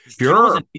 sure